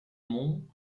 monts